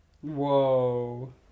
Whoa